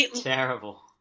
terrible